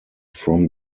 from